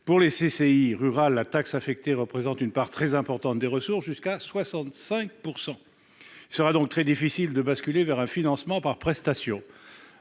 Pour ces CCI rurales, la taxe affectée représente une part très importante des ressources : jusqu'à 65 %. Il leur sera donc très difficile de basculer vers un financement par prestations.